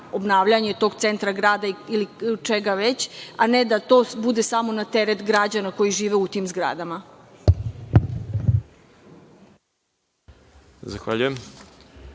obnavljanje tog centra grada ili čega već, a ne da to bude samo na teret građana koji žive u tim zgradama.